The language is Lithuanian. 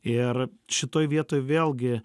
ir šitoj vietoj vėlgi